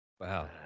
Wow